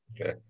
Okay